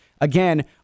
Again